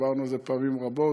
דיברנו על זה פעמים רבות,